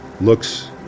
looks